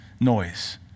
noise